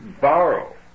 borrow